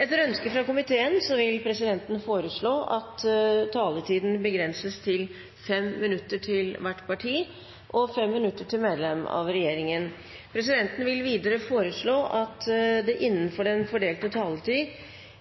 Etter ønske fra helse- og omsorgskomiteen vil presidenten foreslå at taletiden begrenses til 5 minutter til hvert parti og 5 minutter til medlem av regjeringen. Presidenten vil videre foreslå at